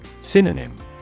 Synonym